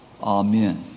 Amen